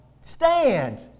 stand